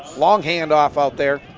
long hand off out there.